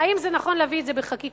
האם זה נכון להביא את זה בחקיקה,